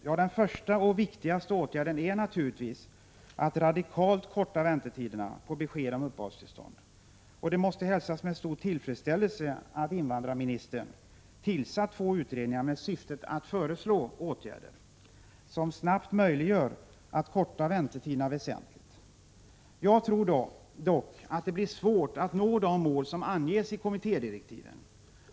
Ja, den första och viktigaste åtgärden är naturligtvis att radikalt korta väntetiderna på besked om uppehållstillstånd. Det måste hälsas med stor tillfredsställelse att invandrarministern har tillsatt två utredningar med syfte att föreslå åtgärder som snabbt möjliggör en väsentlig förkortning av väntetiderna. Jag tror dock att det blir svårt att nå de mål som anges i kommittédirektiven.